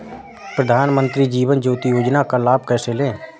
प्रधानमंत्री जीवन ज्योति योजना का लाभ कैसे लें?